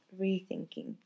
rethinking